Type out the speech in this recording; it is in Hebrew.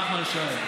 נחמן שי,